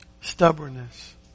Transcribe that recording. Stubbornness